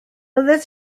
byddet